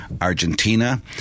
Argentina